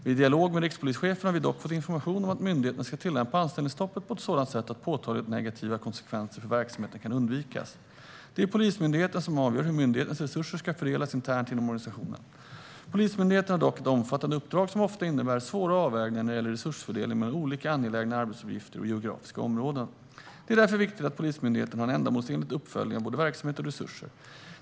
Vid dialog med rikspolischefen har vi dock fått information om att myndigheten ska tillämpa anställningsstoppet på ett sådant sätt att påtagligt negativa konsekvenser för verksamheten kan undvikas. Det är Polismyndigheten som avgör hur myndighetens resurser ska fördelas internt inom organisationen. Polismyndigheten har dock ett omfattande uppdrag som ofta innebär svåra avvägningar när det gäller resursfördelning mellan olika angelägna arbetsuppgifter och geografiska områden. Det är därför viktigt att Polismyndigheten har en ändamålsenlig uppföljning av både verksamhet och resurser.